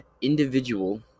individual